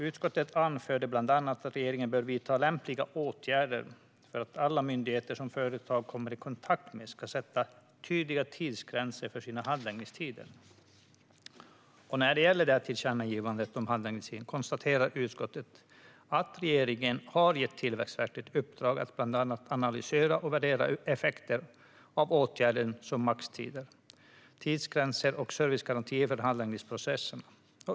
Utskottet anförde bland annat att regeringen bör vidta lämpliga åtgärder för att alla myndigheter som företag kommer i kontakt med ska sätta tydliga tidsgränser för sina handläggningstider. När det gäller tillkännagivandet om handläggningstider konstaterar utskottet att regeringen har gett Tillväxtverket i uppdrag att bland annat analysera och värdera effekter av åtgärder såsom maxtider, tidsgränser och servicegarantier för handläggningsprocesser.